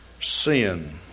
sin